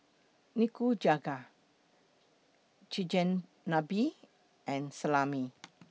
Nikujaga Chigenabe and Salami